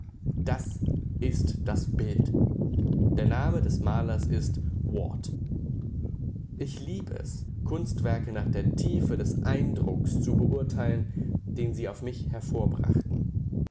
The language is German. das ist das bild der name des malers ist ward ich lieb es kunstwerke nach der tiefe des eindrucks zu beurteilen den sie auf mich